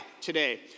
today